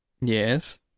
Yes